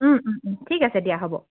ঠিক আছে দিয়া হ'ব